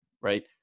right